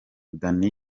danny